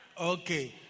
Okay